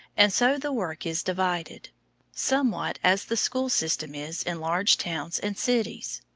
and so the work is divided somewhat as the school system is in large towns and cities.